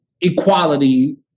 equality